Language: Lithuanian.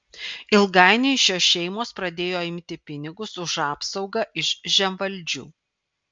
ilgainiui šios šeimos pradėjo imti pinigus už apsaugą iš žemvaldžių